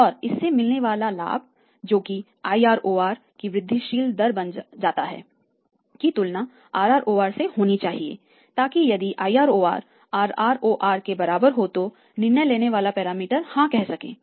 और इससे मिलने वाले लाभ जो कि IROR की वृद्धिशील दर बन जाता है की तुलना RROR से की जानी चाहिए ताकि यदि IROR RROR के बराबर हो तो निर्णय लेने वाला पैरामीटर हाँ कह सकते हैं